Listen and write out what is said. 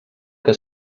que